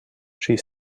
she